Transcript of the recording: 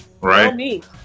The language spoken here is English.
right